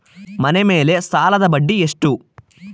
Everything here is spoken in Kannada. ಮನೆ ಮೇಲೆ ಸಾಲದ ಬಡ್ಡಿ ಎಷ್ಟು?